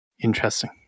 interesting